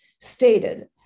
stated